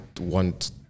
want